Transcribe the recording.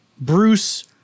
Bruce